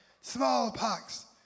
smallpox